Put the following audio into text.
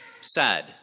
sad